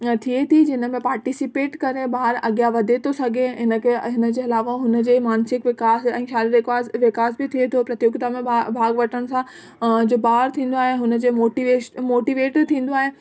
थिए ती जिन में पार्टीसिपेट करे ॿार अॻियां वधे थो सघे हिनखे इनजे अलावा हुनजे मानसिक विकास ऐं शारीरिक वि विकास बि थिए थो प्रतियोगिता में भा भाग वठण सां और जो ॿार थींदो आहे हुनजे मोटीवेश मोटीवेट थींदो आहे